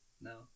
No